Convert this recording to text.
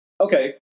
Okay